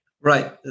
Right